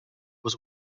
was